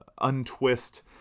untwist